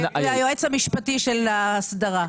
הוא היועץ המשפטי של ההסדרה.